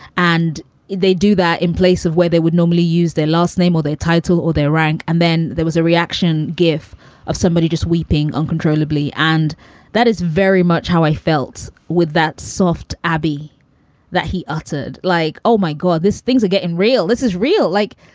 and they do that in place of where they would normally use their last name or their title or their rank. and then there was a reaction gif of somebody just weeping uncontrollably. and that is very much how i felt with that soft abby that he uttered like, oh, my god, this things are getting real. this is real like,